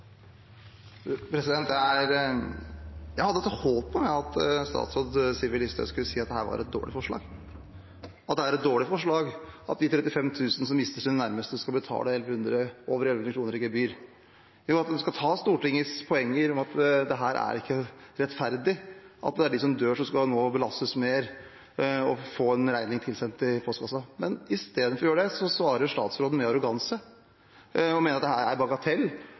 Jeg hadde et håp om at statsråd Sylvi Listhaug skulle si at dette er et dårlig forslag, at det er et dårlig forslag at de 35 000 som mister sine nærmeste, skal betale over 1 100 kr i gebyr. Jeg hadde håpet at hun skulle ta Stortingets poeng om at det ikke er rettferdig at det er de som dør, som nå skal belastes mer, og få en regning tilsendt i postkassen. Men istedenfor å gjøre det svarer statsråden med arroganse og mener at det er en bagatell